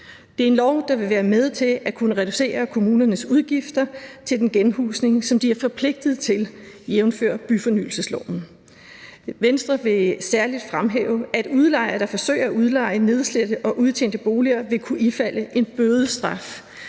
Det er en lov, der vil være med til at kunne reducere kommunernes udgifter til den genhusning, som de er forpligtet til jævnfør byfornyelsesloven. Venstre vil særlig fremhæve, at udlejere, der forsøger at udleje nedslidte og udtjente boliger, vil kunne ifalde en bødestraf,